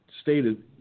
stated